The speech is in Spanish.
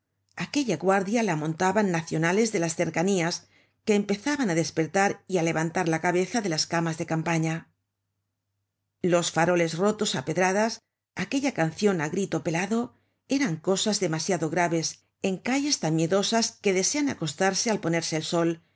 aquella guardia la montaban nacionales de las cercanías que empezaban á despertar y á levantar la cabeza de las camas de campaña los faroles rotos á pedradas aquella cancion á grito pelado eran cosas demasiado graves en calles tan miedosas que desean acostarse al ponerse el sol